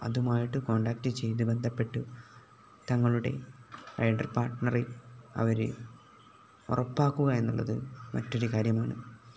അതുമായിട്ട് കോൺടാക്ട് ചെയ്തു ബന്ധപ്പെട്ടു തങ്ങളുടെ റൈഡർ പാര്ട്ണറെ അവര് ഉറപ്പാക്കുക എന്നുള്ളതു മറ്റൊരു കാര്യമാണ്